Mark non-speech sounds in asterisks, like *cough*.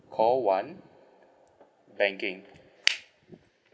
call one banking *noise*